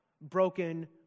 broken